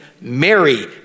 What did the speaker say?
Mary